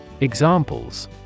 Examples